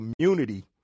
community